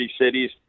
cities